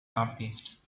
northeast